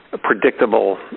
predictable